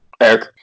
Eric